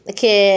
che